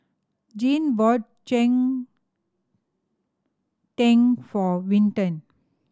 Jean bought cheng tng for Vinton